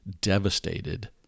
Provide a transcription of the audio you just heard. devastated